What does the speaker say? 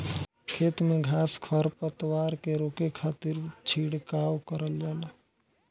खेत में घास खर पतवार के रोके खातिर छिड़काव करल जाला